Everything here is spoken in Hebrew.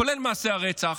כולל מעשי הרצח,